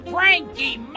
Frankie